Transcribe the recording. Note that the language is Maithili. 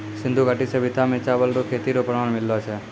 सिन्धु घाटी सभ्यता मे चावल रो खेती रो प्रमाण मिललो छै